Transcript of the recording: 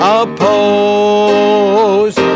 oppose